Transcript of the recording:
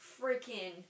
freaking